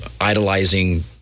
Idolizing